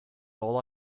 all